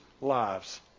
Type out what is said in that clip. lives